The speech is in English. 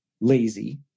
lazy